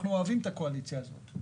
אנחנו אוהבים את הקואליציה הזאת,